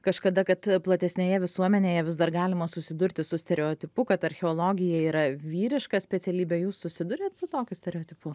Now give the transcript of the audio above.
kažkada kad platesnėje visuomenėje vis dar galima susidurti su stereotipu kad archeologija yra vyriška specialybė jūs susiduriat su tokiu stereotipu